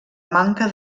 manca